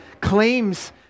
claims